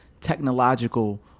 technological